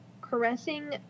caressing